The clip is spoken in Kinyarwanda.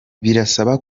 birasaba